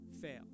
fail